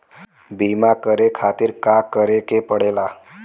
बीमा करे खातिर का करे के पड़ेला?